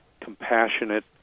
compassionate